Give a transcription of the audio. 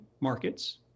markets